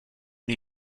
new